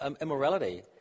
immorality